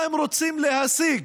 מה הם רוצים להשיג.